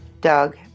Doug